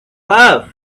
love